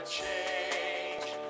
change